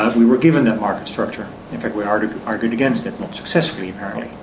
ah we were given that market structure in fact we argued argued against it not successfully apparently.